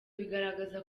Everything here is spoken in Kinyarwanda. bigaragaza